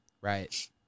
Right